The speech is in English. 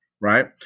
right